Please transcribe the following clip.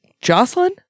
Jocelyn